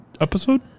episode